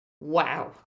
wow